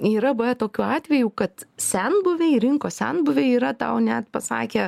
yra buvę tokių atvejų kad senbuviai rinkos senbuviai yra tau net pasakę